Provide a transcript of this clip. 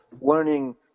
learning